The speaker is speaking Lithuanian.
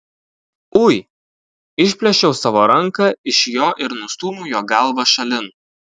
ui išplėšiau savo ranką iš jo ir nustūmiau jo galvą šalin